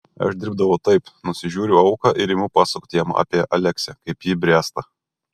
aš dirbdavau taip nusižiūriu auką ir imu pasakoti jam apie aleksę kaip ji bręsta